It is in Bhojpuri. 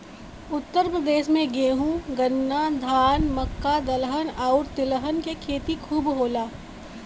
उत्तर प्रदेश में गेंहू, गन्ना, धान, मक्का, दलहन आउर तिलहन के खेती खूब होला